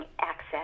access